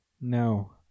No